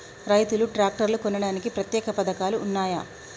రైతులు ట్రాక్టర్లు కొనడానికి ప్రత్యేక పథకాలు ఉన్నయా?